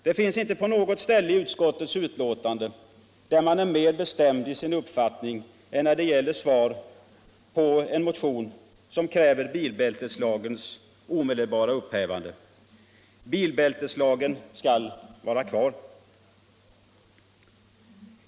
Det finns inte något ställe i utskottets betänkande där man är mera bestämd i sin uppfattning än när det gäller svaret på en motion som kräver bilbälteslagens omedelbara upphävande. Bilbälteslagen skall vara kvar.